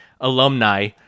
alumni